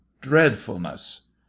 DREADFULNESS